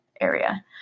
area